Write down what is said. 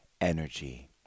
energy